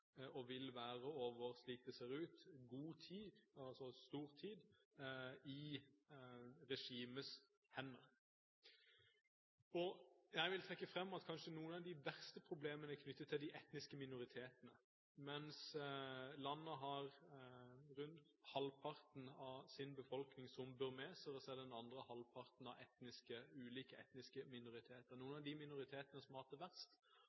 og vil være, slik det ser ut, i lang tid – i regimets hender. Jeg vil trekke fram at kanskje noen av de verste problemene er knyttet til de etniske minoritetene. Halvparten av landets befolkning er burmesere, mens den andre halvparten er ulike etniske minoriteter. Noen av de minoritetene som har